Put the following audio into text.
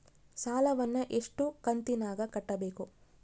ಸಾಲವನ್ನ ಎಷ್ಟು ಕಂತಿನಾಗ ಕಟ್ಟಬೇಕು?